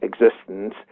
existence